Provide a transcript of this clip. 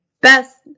Best